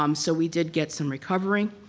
um so we did get some recovering.